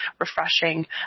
refreshing